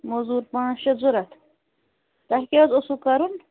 موٚزوٗر پانٛژھ شیٚے ضرورت تۄہہِ کیاہ حظ اوسوٕ کَرُن